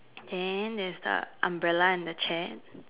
then there's a umbrella and the chair